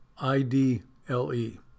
I-D-L-E